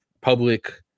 public